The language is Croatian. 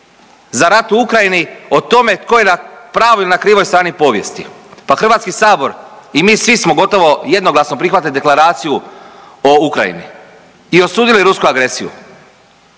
za rat u Ukrajini o tome tko je na pravoj ili na krivoj strani povijesti, pa HS i mi svi smo gotovo jednoglasno prihvatili Deklaraciju o Ukrajini i osudili rusku agresiju